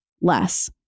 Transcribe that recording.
less